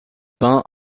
peint